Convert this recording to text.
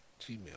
gmail